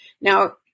Now